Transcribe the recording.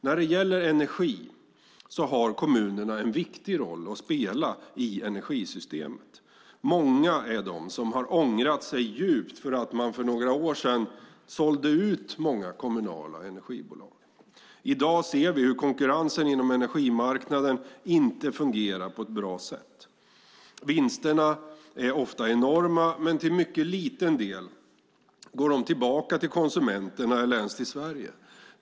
När det gäller energi har kommunerna en viktig roll att spela i energisystemet. Många är de som har ångrat sig djupt för att de för några år sedan sålde ut många kommunala energibolag. I dag ser vi hur konkurrensen inom energimarknaden inte fungerar på ett bra sätt. Vinsterna är ofta enorma, men till mycket liten del går de tillbaka till konsumenterna eller ens till Sverige.